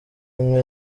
imwe